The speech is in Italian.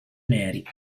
neri